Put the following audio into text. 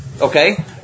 okay